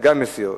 גם מסיר.